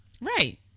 Right